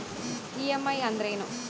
EMI ಅಂದ್ರೇನು?